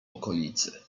okolicy